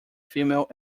female